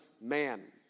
man